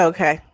Okay